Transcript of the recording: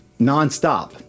nonstop